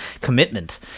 commitment